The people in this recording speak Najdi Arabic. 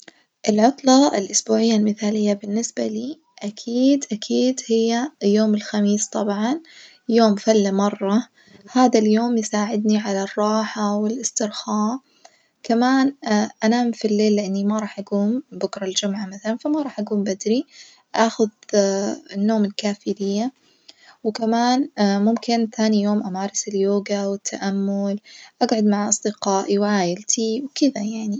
العطلة الأسبوعية المثالية بالنسبة لي أكيد أكيد يوم الخميس طبعًا يوم فلة مرة، هادا اليوم يساعدني على الراحة والإسترخاء، كمان أنام في الليل لأني ما راح أجوم بكرة الجمعة مثلًا فما راح أجوم بدري، أخذ النوم الكافي ليا وكمان ممكن ثاني يوم أمارس اليوجا والتأمل، أجعد مع أصدقائي وعيلتي كدة يعني.